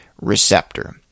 receptor